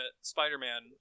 Spider-Man